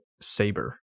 saber